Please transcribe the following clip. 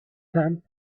tent